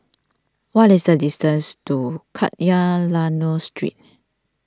what is the distance to Kadayanallur Street